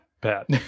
Pat